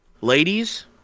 Ladies